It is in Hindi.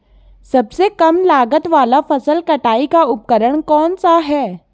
सबसे कम लागत वाला फसल कटाई का उपकरण कौन सा है?